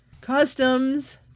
Customs